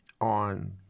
on